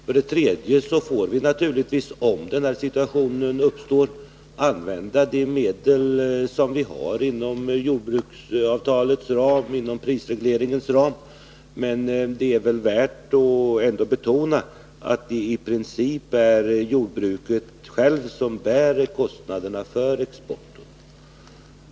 För det tredje får vi naturligtvis — om denna situation uppstår — använda de medel som vi har inom ramen för jordbruksavtalet och prisregleringen. Men det är väl värt att betona att det i princip är jordbruket självt som bär kostnaderna för exporten.